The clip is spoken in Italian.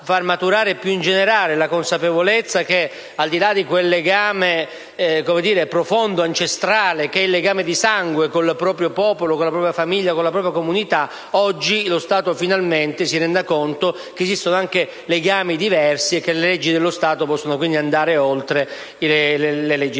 far maturare più in generale la consapevolezza che, al di là di quel legame profondo e ancestrale che è il legame di sangue con il proprio popolo, la propria famiglia e la propria comunità, oggi esistono anche legami diversi e che le leggi dello Stato possono andare oltre le leggi